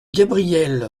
gabrielle